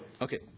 Okay